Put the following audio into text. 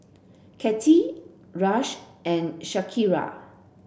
Katy Ras and Shakira